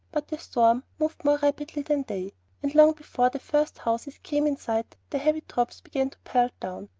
but the storm moved more rapidly than they and long before the first houses came in sight the heavy drops began to pelt down.